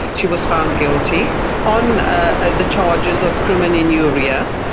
she was found guilty on ah the charges of crimen injuria,